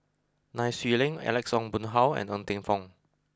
Nai Swee Leng Alex Ong Boon Hau and Ng Teng Fong